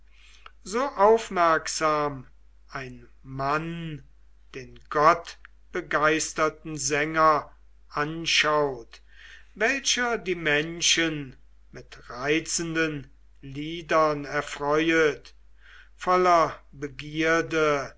so aufmerksam ein mann den gottbegeisterten sänger anschaut welcher die menschen mit reizenden liedern erfreuet voller begierde